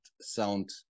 sound